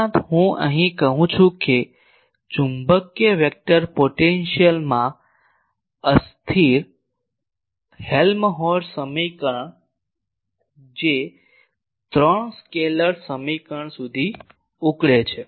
ઉપરાંત હું અહીં કહું છું કે ચુંબકીય વેક્ટર પોટેન્શિયલમાં અસ્થિર હેલ્મહોલ્ટ્ઝ સમીકરણ જે ત્રણ સ્કેલર સમીકરણો સુધી ઉકળે છે